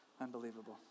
Unbelievable